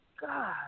God